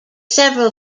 several